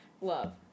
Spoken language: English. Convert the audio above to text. Love